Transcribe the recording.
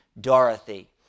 Dorothy